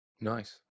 Nice